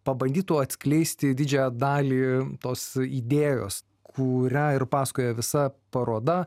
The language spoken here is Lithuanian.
pabandytų atskleisti didžiąją dalį tos idėjos kurią ir pasakoja visa paroda